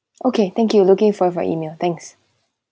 okay thank you looking for for email thanks